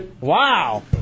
Wow